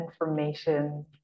information